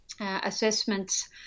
assessments